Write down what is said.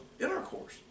intercourse